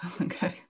okay